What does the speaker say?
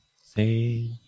Say